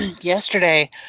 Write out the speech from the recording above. yesterday